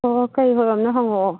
ꯑꯣ ꯀꯔꯤ ꯑꯣꯏꯔꯝꯅꯣ ꯍꯪꯉꯛꯑꯣ